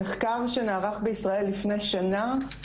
במחקר שנערך בישראל לפני שנה, נמצא שבתקופת